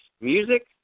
music